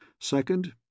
Second